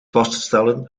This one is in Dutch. vaststellen